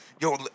yo